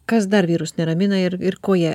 kas dar vyrus neramina ir ir ko jie